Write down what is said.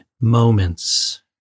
moments